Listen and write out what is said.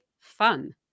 fun